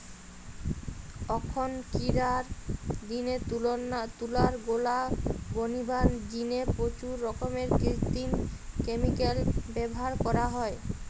অখনকিরার দিনে তুলার গোলা বনিবার জিনে প্রচুর রকমের কৃত্রিম ক্যামিকাল ব্যভার করা হয়